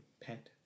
pet